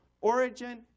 origin